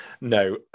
No